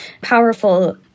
powerful